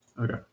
Okay